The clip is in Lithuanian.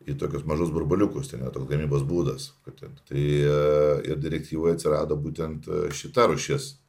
į tokius mažus burbuliukus ten yra toks gamybos būdas kad ten ir direktyvoj atsirado būtent šita rūšis